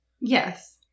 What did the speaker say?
Yes